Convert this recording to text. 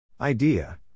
Idea